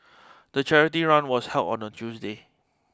the charity run was held on a Tuesday